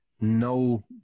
No